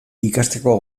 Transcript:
ikasteko